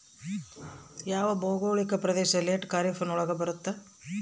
ಯಾವ ಭೌಗೋಳಿಕ ಪ್ರದೇಶ ಲೇಟ್ ಖಾರೇಫ್ ನೊಳಗ ಬರುತ್ತೆ?